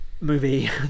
movie